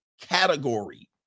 category